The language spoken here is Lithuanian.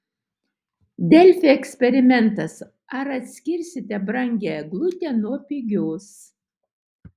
delfi eksperimentas ar atskirsite brangią eglutę nuo pigios